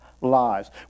lives